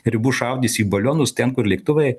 ribų šaudys į balionus ten kur lėktuvai